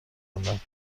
ببندم